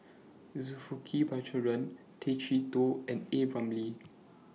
Zulkifli Baharudin Tay Chee Toh and A Ramli